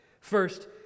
First